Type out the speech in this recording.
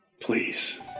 Please